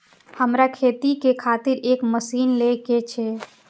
हमरा खेती के खातिर एक मशीन ले के छे?